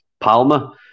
Palma